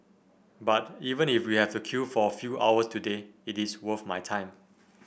but even if we have to queue for a few hours today it's worth my time